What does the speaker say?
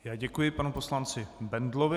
Já děkuji panu poslanci Bendlovi.